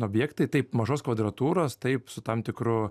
objektai taip mažos kvadratūros taip su tam tikru